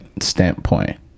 standpoint